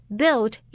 built